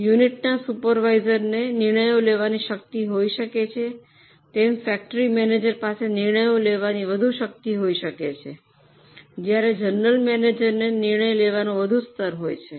યુનિટના સુપરવાઇઝરને નિર્ણયો લેવાની શક્તિ હોઇ શકે છે તેમ ફેક્ટરી મેનેજર પાસે નિર્ણયો લેવાની વધુ શક્તિ હોઇ શકે છે જ્યારે જનરલ મેનેજરને નિર્ણય લેવાનો વધુ સ્તર હોય છે